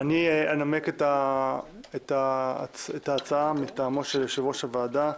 אני אנמק את ההצעה מטעמו של יושב-ראש הוועדה,